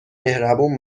مهربون